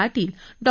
Patil Dr